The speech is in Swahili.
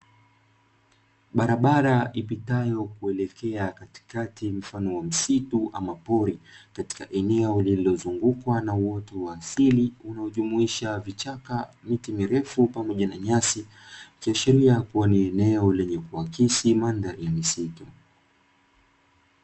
Barabara ipitayo kuelekea katikati mfano wa msitu ama pori katika eneo lililozungukwa na uoto wa asili unaojumuisha vichaka miti mirefu pamoja na nyasi , ikiashiria kua ni eneo lenye kuakisi mandhari ya misitu.